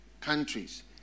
countries